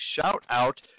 shout-out